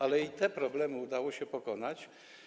Ale i te problemy udało się pokonać.